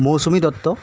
Mousumi Dutta